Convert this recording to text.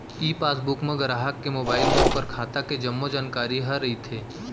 ई passbook म गराहक के मोबाइल म ओकर खाता के जम्मो जानकारी ह रइथे